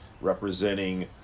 representing